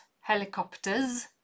helicopters